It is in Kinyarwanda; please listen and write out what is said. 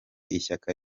ishyaka